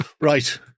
Right